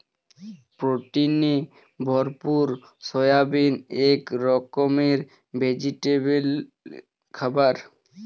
প্রোটিনে ভরপুর সয়াবিন এক রকমের ভেজিটেরিয়ান খাবার